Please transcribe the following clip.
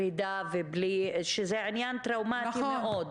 שלום לכם.